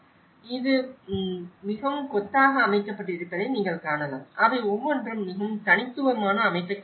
எனவே இது மிகவும் கொத்தாக அமைக்கப்பட்டிருப்பதை நீங்கள் காணலாம் அவை ஒவ்வொன்றும் மிகவும் தனித்துவமான அமைப்பைக் கொண்டுள்ளன